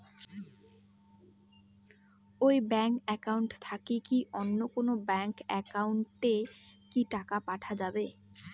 এই bank account থাকি কি অন্য কোনো ব্যাংক একাউন্ট এ কি টাকা পাঠা যাবে?